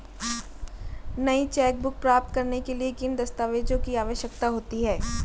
नई चेकबुक प्राप्त करने के लिए किन दस्तावेज़ों की आवश्यकता होती है?